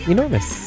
Enormous